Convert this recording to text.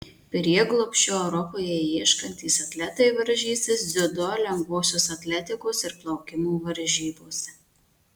prieglobsčio europoje ieškantys atletai varžysis dziudo lengvosios atletikos ir plaukimo varžybose